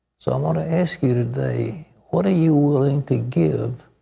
so i want to ask you today, what are you willing to give